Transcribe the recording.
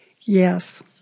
Yes